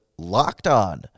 LOCKEDON